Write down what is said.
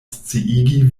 sciigi